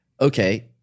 okay